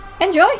Enjoy